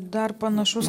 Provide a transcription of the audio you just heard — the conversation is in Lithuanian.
dar panašus